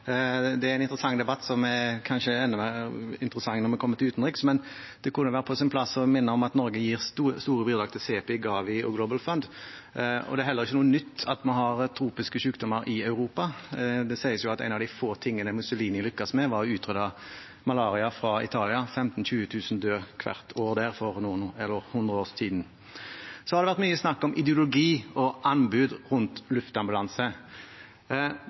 en interessant debatt som kanskje er enda mer interessant når vi kommer til utenriks. Men det kunne være på sin plass å minne om at Norge gir store bidrag til CEPI, Gavi og The Global Fund, og det er heller ikke noe nytt at vi har tropiske sykdommer i Europa. Det sies at en av de få tingene Mussolini lyktes med, var å utrydde malaria fra Italia, der 15 000–20 000 døde hvert år for hundre år siden. Det har vært mye snakk om ideologi og anbud rundt luftambulanse.